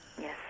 Yes